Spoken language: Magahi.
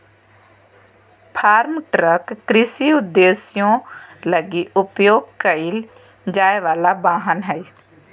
फार्म ट्रक कृषि उद्देश्यों लगी उपयोग कईल जाय वला वाहन हइ